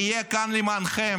נהיה כאן למענכם,